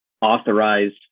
authorized